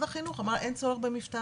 אמר שברהט אין צורך במפתן,